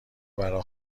برا